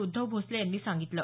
उद्धव भोसले यांनी सांगितलं